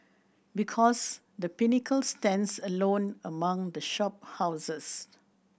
because The Pinnacle stands alone among the shop houses